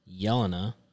Yelena